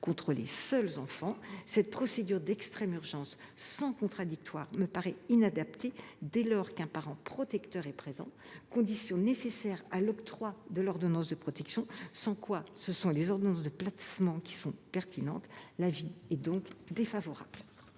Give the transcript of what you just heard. contre les seuls enfants. Cette procédure d’extrême urgence sans contradictoire me paraît inadaptée, dès lors qu’un parent protecteur est présent, condition nécessaire à l’octroi de l’ordonnance de protection. Sans cela, ce sont les ordonnances de placement qui sont pertinentes. Quel est l’avis